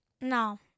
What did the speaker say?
No